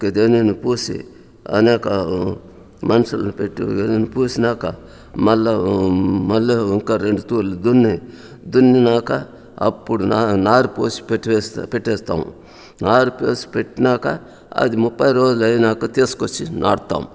పూసి అయినాక మనుషులని పెట్టి పుసినాక మళ్ళా మళ్లీ ఇంకా రెండు తూర్లు దున్ని దున్నినాక అప్పుడు నార నార పోసి పెట్టి వేసి పెట్టేస్తాము నార పోసి పెట్టినాక అది ముప్పై రోజులు అయినాక తీసుకొచ్చి నాటుతాం